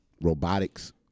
robotics